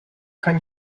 kein